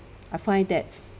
I find that